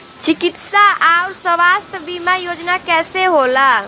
चिकित्सा आऊर स्वास्थ्य बीमा योजना कैसे होला?